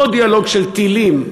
לא דיאלוג של טילים.